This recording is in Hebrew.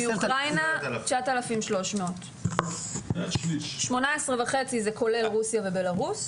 מאוקראינה, 9,300. 18,500 כולל רוסיה ובלרוס.